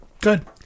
Good